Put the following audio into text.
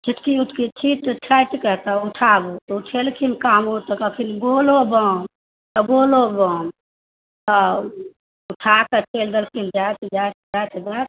चुटकी उटकी छीँट छाँटि कऽ तब उठाबू उठेलखिन कामोर तऽ कहलखिन बोलो बम तऽ बोलो बम तऽ उठा कऽ चलि देलखिन जाइत जाइत जाइत जाइत